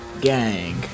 Gang